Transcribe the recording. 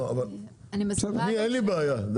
אין לי בעיה.